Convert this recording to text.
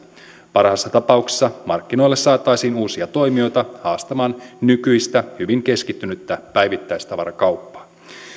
parhaassa tapauksessa markkinoille saataisiin uusia toimijoita haastamaan nykyistä hyvin keskittynyttä päivittäistavarakauppaa